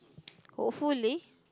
hopefully